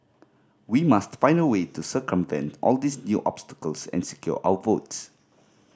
we must find a way to circumvent all these new obstacles and secure our votes